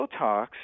Botox